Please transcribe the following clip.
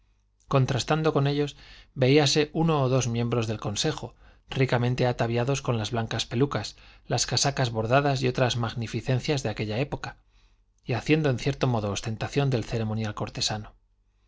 contrastando con ellos veíase uno o dos miembros del consejo ricamente ataviados con las blancas pelucas las casacas bordadas y otras magnificencias de aquella época y haciendo en cierto modo ostentación del ceremonial cortesano